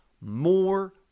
More